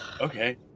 Okay